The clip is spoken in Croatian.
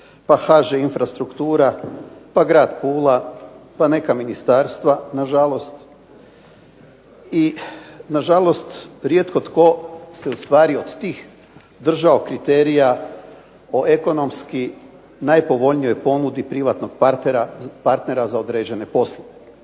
pa HŽ infrastruktura, pa Grad Pula, pa neka ministarstva nažalost. I nažalost rijetko tko se ustvari od tih držao kriterija o ekonomski najpovoljnijoj ponudi privatnog partnera za određene poslove.